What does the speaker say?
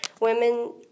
Women